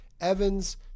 evans